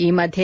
ಈ ಮಧ್ಯೆ